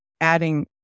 adding